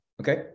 Okay